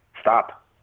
stop